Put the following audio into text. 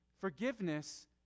Forgiveness